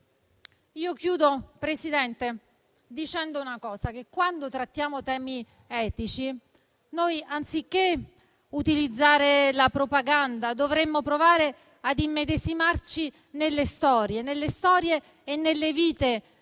la coppia. Presidente, in conclusione, quando trattiamo temi etici, anziché utilizzare la propaganda, dovremmo provare ad immedesimarci nelle storie e nelle vite